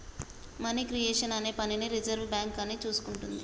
money creation అనే పనిని reserve bank అని చూసుకుంటాది